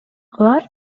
алар